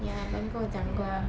ya but 你跟我讲过